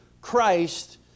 Christ